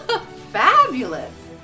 Fabulous